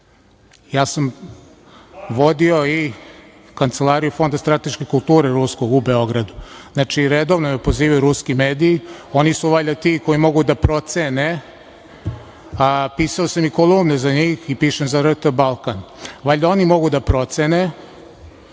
Ja sam vodio kancelariju Fonda strateške kulture ruskog u Beogradu. Znači, redovno me pozivaju ruski mediji. Oni su valjda ti koji mogu da procene. Pisao sam i kolumne za njih i pišem za RT Balkan. Valjda oni mogu da procene